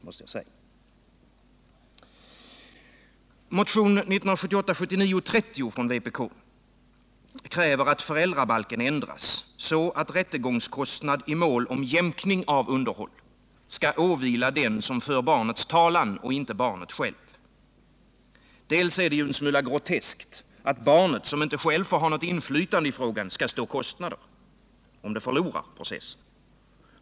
I motionen 1978/79:30 från vpk krävs att föräldrabalken ändras så att rättegångskostnad i mål om jämkning av underhåll skall åvila den som för barnets talan och inte barnet självt. Det är lätt groteskt att barnet, som självt inte får ha något inflytande i frågan, skall stå för kostnaderna om det förlorar 21 processen.